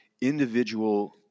individual